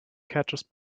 catches